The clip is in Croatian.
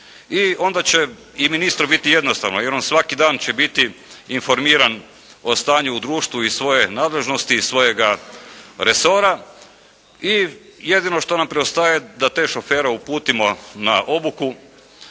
i onda će i ministru biti jednostavno, jer on svaki dan će biti informiran o stanju u društvu iz svoje nadležnosti, iz svojega resora i jedino što nam preostaje da te šofere uputimo na obuku